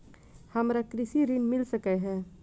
हमरा कृषि ऋण मिल सकै है?